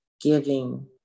Giving